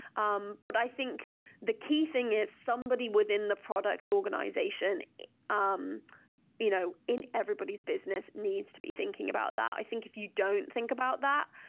um but i think the key thing is somebody within the product organization um you know in everybody's business needs to be thinking about that. i think if you don't think about that,